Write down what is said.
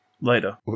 Later